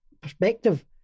perspective